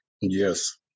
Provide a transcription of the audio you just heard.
Yes